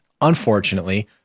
unfortunately